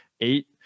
eight